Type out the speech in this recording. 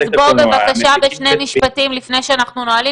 אז בבקשה בשני משפטים לפני שאנחנו נועלים